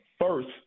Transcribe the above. first